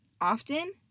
often